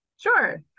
Sure